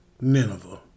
Nineveh